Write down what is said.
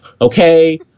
Okay